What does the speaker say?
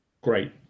great